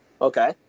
Okay